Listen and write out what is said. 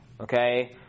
okay